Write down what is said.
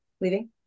leaving